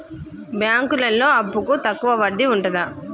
బ్యాంకులలో అప్పుకు తక్కువ వడ్డీ ఉంటదా?